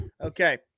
Okay